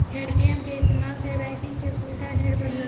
ATM के इस्तमाल से बैंकिंग के सुविधा ढेरे बढ़ल बा